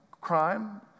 crime